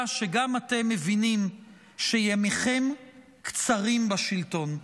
שגם אתם מבינים שימיכם בשלטון קצרים.